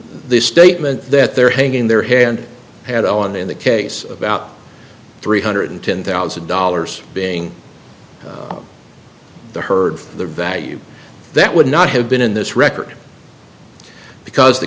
the statement that they're hanging their hand had on in the case about three hundred ten thousand dollars being heard for the value that would not have been in this record because the